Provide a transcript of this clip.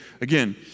again